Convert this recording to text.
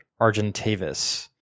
Argentavis